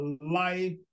life